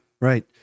Right